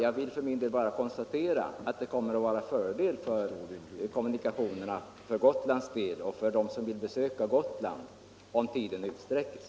Jag vill för min del bara konstatera att det kommer att vara till fördel för kommunikationerna för Gotlands del och även för dem som vill besöka Gotland, om tiden utsträcks.